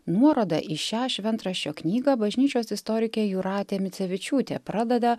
nuoroda į šią šventraščio knygą bažnyčios istorikė jūratė micevičiūtė pradeda